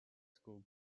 school